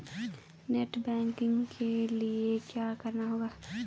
Net banking के लिए क्या करना होगा?